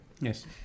Yes